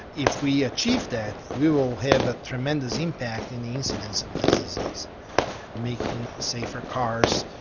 if we achieve that we will have a tremendous impact in the incidence of the disease making safer cars,